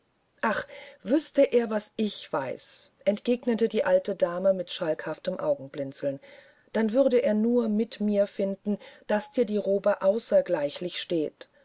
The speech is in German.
ach wüßte er was ich weiß entgegnete die alte dame mit schalkhaftem augenblinzeln dann würde er nur mit mir finden daß dir die robe unvergleichlich steht